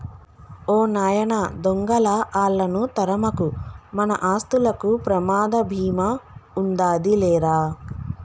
ఓ నాయన దొంగలా ఆళ్ళను తరమకు, మన ఆస్తులకు ప్రమాద భీమా ఉందాది లేరా